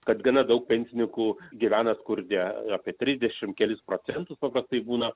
kad gana daug pensininkų gyvena skurde apie trisdešim kelis procentus paprastai būna